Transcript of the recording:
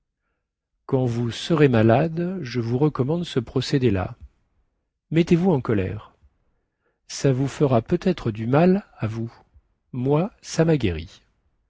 quand vous serez malade je vous recommande ce procédé là mettezvous en colère ça vous fera peut-être du mal à vous moi ça ma guéri